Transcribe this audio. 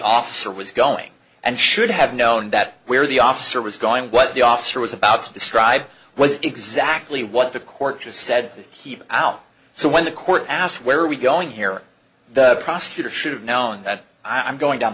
officer was going and should have known that where the officer was going what the officer was about to describe was exactly what the court has said keep out so when the court asked where are we going here the prosecutor should have known that i'm going down